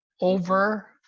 Over